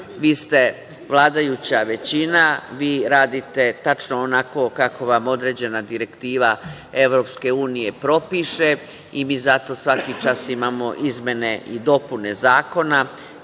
vi ste vladajuća većina, radite tačno onako kako vam određena direktiva EU propiše i mi zato svaki čas imamo izmene i dopune zakona. Pri